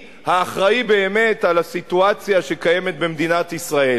האחראי באמת לסיטואציה שקיימת במדינת ישראל.